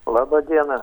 laba diena